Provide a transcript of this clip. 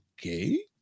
okay